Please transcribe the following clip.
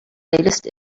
latest